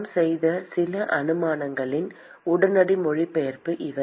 நாம் செய்த சில அனுமானங்களின் உடனடி மொழிபெயர்ப்பு இவை